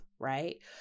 Right